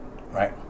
Right